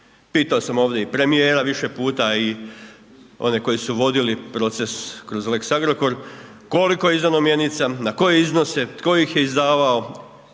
Pitao sam ovdje i premijera Više puta i one koji su vodili proces kroz lex Agrokor koliko je izdano mjenica, na koje iznose, tko ih je izdavao